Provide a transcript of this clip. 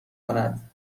کند